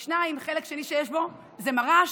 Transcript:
2. מר"ש,